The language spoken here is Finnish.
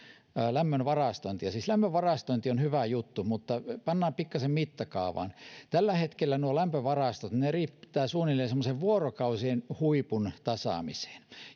lämmön varastointia siis lämmön varastointi on hyvä juttu mutta pannaan pikkasen mittakaavaan tällä hetkellä lämpövarastot riittävät suunnilleen semmoisen vuorokautisen huipun tasaamiseen